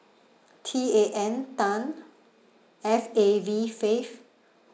t a n tan f a v fav